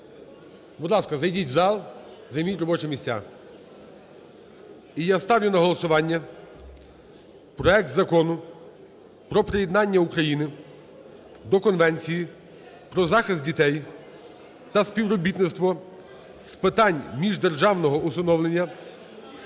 Будь ласка, зайдіть в зал, займіть робочі місця. І я ставлю на голосування проект Закону про приєднання України до Конвенції про захист дітей та співробітництво з питань міждержавного усиновлення